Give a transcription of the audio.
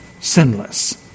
Sinless